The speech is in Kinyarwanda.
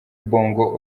bongo